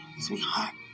sweetheart